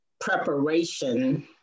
preparation